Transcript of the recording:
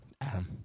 Adam